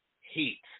heat